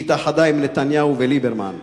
שהתאחדה עם נתניהו וליברמן.